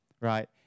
right